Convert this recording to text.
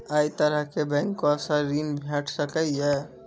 ऐ तरहक बैंकोसऽ ॠण भेट सकै ये?